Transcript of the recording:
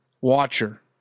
watcher